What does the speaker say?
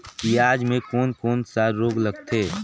पियाज मे कोन कोन सा रोग लगथे?